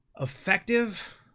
effective